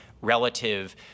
relative